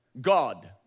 God